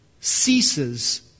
ceases